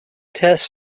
test